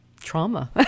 trauma